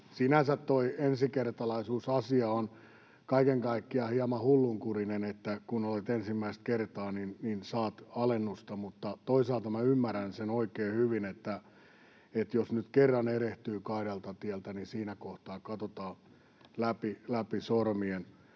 Sinänsä tuo ensikertalaisuusasia on kaiken kaikkiaan hieman hullunkurinen, että kun olet ensimmäistä kertaa, niin saat alennusta, mutta toisaalta minä ymmärrän sen oikein hyvin, että jos nyt kerran erehtyy kaidalta tieltä, niin siinä kohtaa katsotaan läpi sormien.